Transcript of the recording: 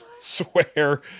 swear